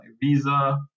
visa